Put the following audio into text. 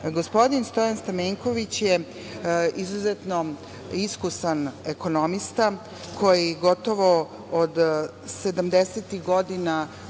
ima. Gospodin Stojan Stamenković je izuzetno iskusan ekonomista, koji gotovo od